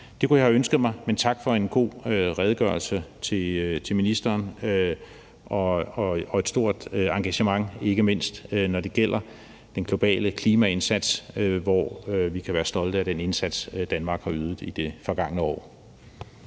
sker, kunne jeg have ønsket mig. Men tak til ministeren for en god redegørelse og et stort engagement, ikke mindst når det gælder den globale klimaindsats, hvor vi kan være stolte af den indsats, Danmark har ydet i det forgangne år.